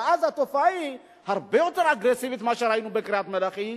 התופעה היא הרבה יותר אגרסיבית ממה שראינו בקריית-מלאכי,